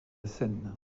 scène